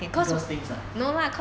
nicole things ah